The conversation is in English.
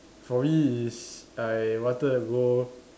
for me is I wanted to go